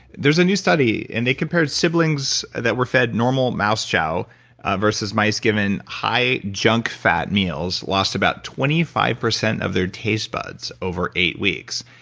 there's a new study and they compared siblings that were fed normal mouse chow versus mice given high junk fat meals lost about twenty five percent of their taste buds over eight weeks.